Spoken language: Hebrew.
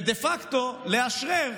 ודה פקטו לאשרר